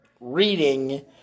reading